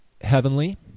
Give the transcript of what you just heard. heavenly